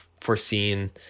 foreseen